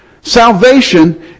Salvation